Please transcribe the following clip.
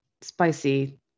spicy